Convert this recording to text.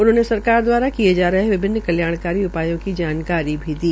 उन्होंने सरकार द्वारा किये जा रहे विभिन्न कल्याणकारी उपायों की जानकारी दी